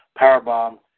powerbomb